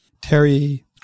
Terry